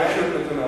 הרשות נתונה.